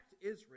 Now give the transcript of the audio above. Israel